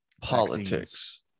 politics